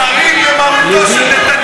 זו הנוסחה, די, די,